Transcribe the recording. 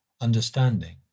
understanding